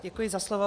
Děkuji za slovo.